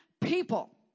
people